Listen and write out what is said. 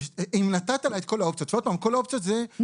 אם נתת לה את כל האופציות כל האופציות זה מבחינתי כולן.